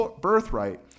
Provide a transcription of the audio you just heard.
birthright